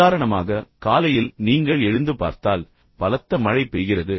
உதாரணமாக காலையில் நீங்கள் எழுந்து பார்த்தால் பலத்த மழை பெய்கிறது